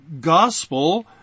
gospel